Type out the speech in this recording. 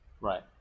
right